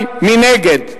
מי נגד?